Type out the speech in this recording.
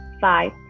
five